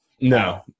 No